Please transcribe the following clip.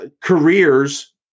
careers